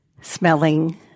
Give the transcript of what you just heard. smelling